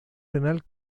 renal